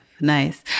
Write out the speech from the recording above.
Nice